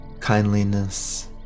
kindliness